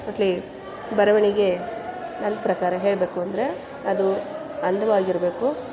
ಒಟ್ಲಿ ಬರವಣಿಗೆ ನನ್ನ ಪ್ರಕಾರ ಹೇಳಬೇಕು ಅಂದರೆ ಅದು ಅಂದವಾಗಿರಬೇಕು